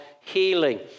healing